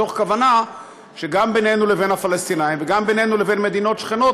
מתוך כוונה שגם בינינו לבין הפלסטינים וגם בינינו לבין מדינות שכנות,